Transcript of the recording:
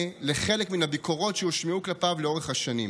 לחלק מן הביקורות שהושמעו כלפיו לאורך השנים.